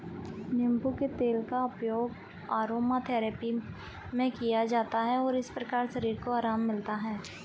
नींबू के तेल का उपयोग अरोमाथेरेपी में किया जाता है और इस प्रकार शरीर को आराम मिलता है